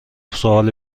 سوالی